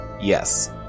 Yes